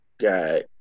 got